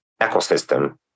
ecosystem